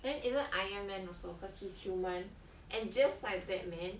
then isn't iron man also cause he's human and just like batman